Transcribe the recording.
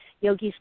yogis